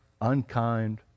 unkind